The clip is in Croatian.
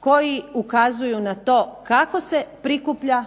koji ukazuju na to kako se prikuplja